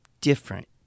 different